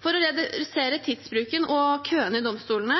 For å redusere tidsbruken og køene i domstolene